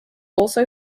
also